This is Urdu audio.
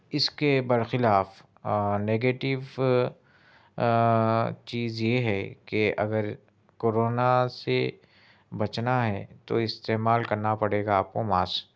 اس کے برخلاف نگیٹو چیز یہ ہے کہ اگر کرونا سے بچنا ہے تو استعمال کرنا پڑے گا آپ کو ماسک